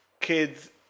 kids